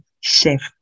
chef